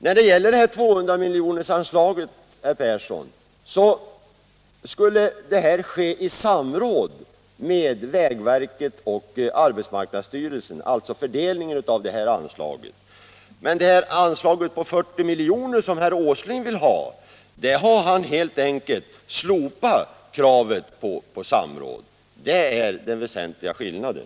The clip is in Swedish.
Fördelningen av 200-miljonersanslaget skulle ske i samråd med vägverket och arbetsmarknadsstyrelsen. Men när det gäller det anslag på 40 miljoner som herr Åsling vill ha, har man helt enkelt slopat kravet på samråd. Det är den väsentliga skillnaden.